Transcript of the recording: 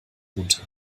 munter